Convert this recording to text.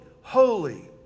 holy